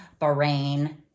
Bahrain